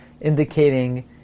indicating